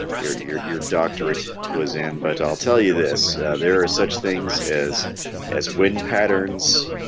your your your doctorate was in but i'll tell you this there are such things as as wind patterns